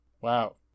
Wow